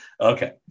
okay